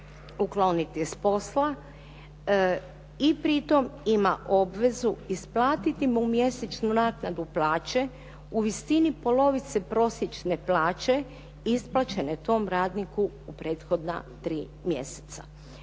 ukloniti s posla i pritom ima obvezu isplatiti mu mjesečnu naknadu plaće u visini polovice prosječne plaće isplaćene tom radniku u prethodna tri mjeseca.